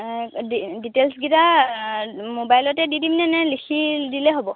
ডিটেইলচকেইটা ম'বাইলতে দি দিমনে নে লিখি দিলেই হ'ব